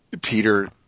Peter